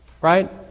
Right